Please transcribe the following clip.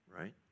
right